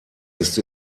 ist